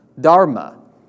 dharma